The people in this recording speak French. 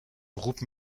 groupe